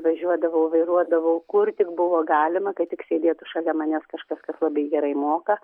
važiuodavau vairuodavau kur tik buvo galima kad tik sėdėtų šalia manęs kažkas kas labai gerai moka